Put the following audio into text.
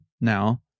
now